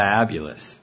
Fabulous